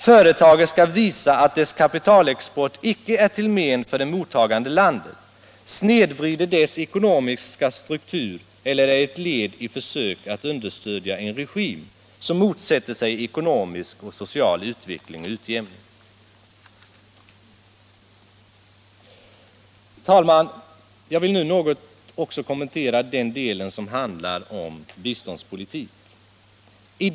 Företaget skall visa att dess kapitalexport icke är till men för det mottagande landet, snedvrider dess ekonomiska struktur eller är ett led i försök att understödja en regim som motsätter sig ekonomisk och social utveckling och utjämning. Herr talman! Jag vill nu något kommentera det avsnitt som handlar om biståndspolitiken.